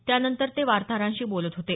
त्यानंतर ते वार्ताहरांशी बोलत होते